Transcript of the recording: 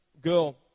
girl